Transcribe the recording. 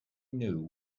knew